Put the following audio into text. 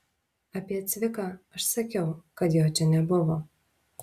apie cviką aš sakiau kad jo čia nebuvo